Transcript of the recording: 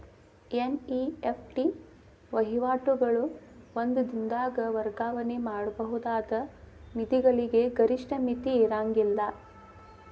NEFT ವಹಿವಾಟುಗಳು ಒಂದ ದಿನದಾಗ್ ವರ್ಗಾವಣೆ ಮಾಡಬಹುದಾದ ನಿಧಿಗಳಿಗೆ ಗರಿಷ್ಠ ಮಿತಿ ಇರ್ಂಗಿಲ್ಲಾ